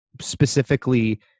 specifically